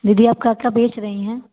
दीदी आप क्या क्या बेच रही हैं